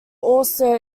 also